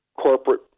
corporate